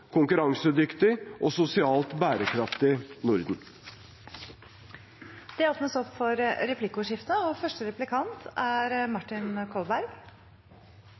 konkurransedyktig og sosialt bærekraftig Norden. Det